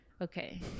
Okay